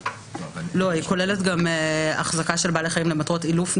והיא כוללת החזקה של בעלי חיים למטרות אילוף,